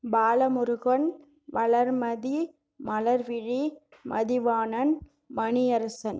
Balamurugan Valarmathi Malarvizhi Mathivanan Maniarasan